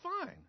fine